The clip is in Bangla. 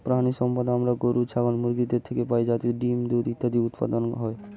প্রাণিসম্পদ আমরা গরু, ছাগল, মুরগিদের থেকে পাই যাতে ডিম্, দুধ ইত্যাদি উৎপাদন হয়